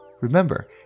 Remember